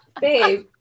babe